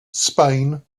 spain